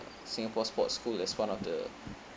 singapore sports school as one of the